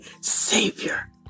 savior